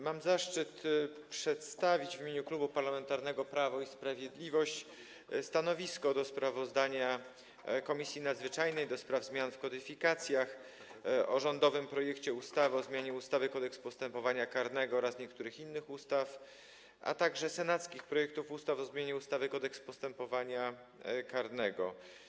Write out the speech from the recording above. Mam zaszczyt przedstawić w imieniu Klubu Parlamentarnego Prawo i Sprawiedliwość stanowisko wobec sprawozdania Komisji Nadzwyczajnej do spraw zmian w kodyfikacjach o rządowym projekcie ustawy o zmianie ustawy Kodeks postępowania karnego oraz niektórych innych ustaw, a także o senackich projektach ustaw o zmianie ustawy Kodeks postępowania karnego.